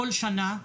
כל שנה,